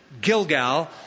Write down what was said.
Gilgal